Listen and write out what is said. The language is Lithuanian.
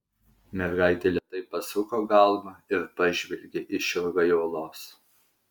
mergaitė lėtai pasuko galvą ir pažvelgė išilgai uolos